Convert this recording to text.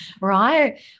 right